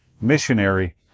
missionary